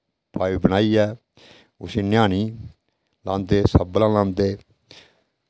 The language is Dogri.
पाइप बनाइयै उसी नेआनी लांदे सब्बला लांदे